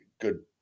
good